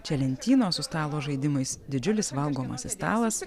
čia lentynos su stalo žaidimais didžiulis valgomasis stalas